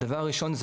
הדבר הראשון,